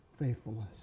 faithfulness